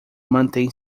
mantém